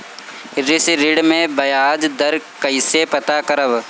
कृषि ऋण में बयाज दर कइसे पता करब?